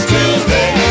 Tuesday